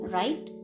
right